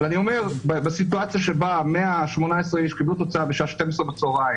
אני אומר שבסיטואציה שבה 119 איש קיבלו תוצאה בשעה 12 בצוהריים,